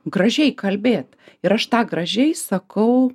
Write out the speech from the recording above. gražiai kalbėt ir aš tą gražiai sakau